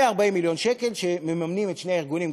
140 מיליון שקל שמממנים את שני הארגונים,